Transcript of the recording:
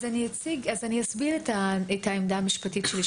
אז אני אסביר את העמדה המשפטית שלי,